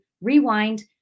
rewind